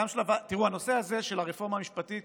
הנושא הזה של הרפורמה המשפטית